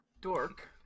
dork